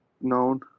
known